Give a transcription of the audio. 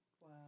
Wow